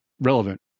relevant